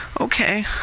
okay